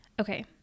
Okay